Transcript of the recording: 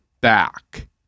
back